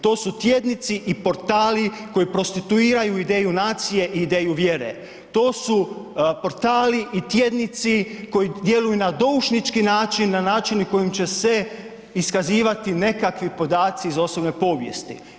To su tjednici i portali koji prostituiraju ideju nacije i ideju vjere, to su portali i tjednici koji djeluju na doušnički način, na način kojim će se iskazivati nekakvi podaci iz osobne povijesti.